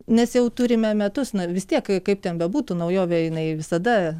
nes jau turime metus na vis tiek kai kaip ten bebūtų naujovė jinai visada